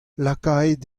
lakaet